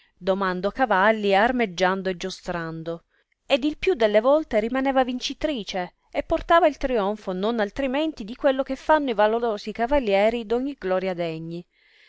domando cavalli armeggiando e giostrando ed il più delle volte rimaneva vincitrice e portava il trionfo non altrimenti di quello che fanno i valorosi cavalieri d ogni gloria degni